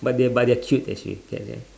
but they're but they're cute actually